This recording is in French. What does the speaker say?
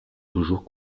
toujours